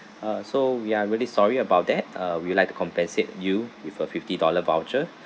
uh so we are really sorry about that uh we like to compensate you with a fifty dollar voucher